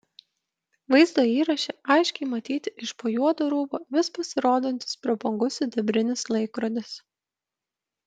vaizdo įraše aiškiai matyti iš po juodo rūbo vis pasirodantis prabangus sidabrinis laikrodis